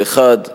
האחד,